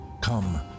Come